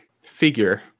figure